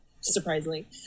surprisingly